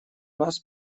нас